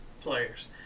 players